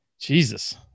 Jesus